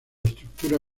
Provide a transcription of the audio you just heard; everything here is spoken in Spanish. estructura